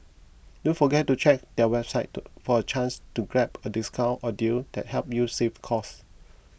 don't forget to check their website for a chance to grab a discount or deal that help you save cost